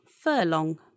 furlong